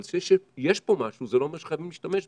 אבל זה שיש פה משהו זה לא אומר שחייבים להשתמש בו,